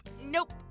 Nope